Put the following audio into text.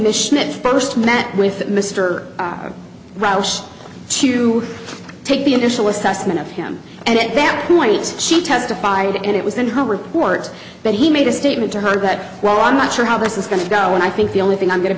it first met with mr rausch to take the initial assessment of him and at that point she testified and it was in her report that he made a statement to her that well i'm not sure how this is going to go and i think the only thing i'm going to